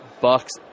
bucks